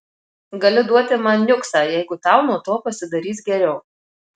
gali duoti man niuksą jeigu tau nuo to pasidarys geriau